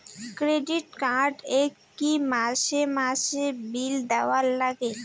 Credit card এ কি মাসে মাসে বিল দেওয়ার লাগে?